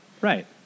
Right